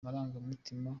marangamutima